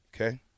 okay